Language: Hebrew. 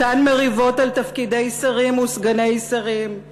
אותן מריבות על תפקידי שרים וסגני שרים,